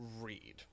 read